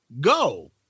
Go